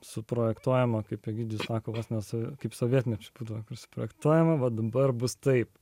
suprojektuojama kaip egidijus sakalas nes kaip sovietmečiu būdavo suprojektuojama va dabar bus taip